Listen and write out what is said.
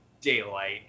daylight